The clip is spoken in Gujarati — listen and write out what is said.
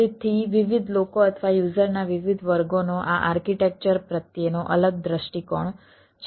તેથી વિવિધ લોકો અથવા યુઝરનાં વિવિધ વર્ગોનો આ આર્કિટેક્ચર પ્રત્યેનો અલગ દૃષ્ટિકોણ છે